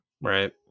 Right